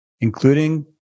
including